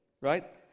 right